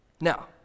Now